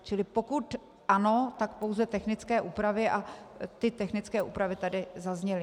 Čili pokud ano, tak pouze technické úpravy a ty technické úpravy tady zazněly.